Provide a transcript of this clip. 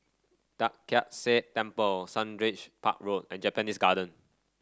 Tai Kak Seah Temple Sundridge Park Road and Japanese Garden